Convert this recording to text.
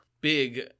big